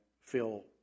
feel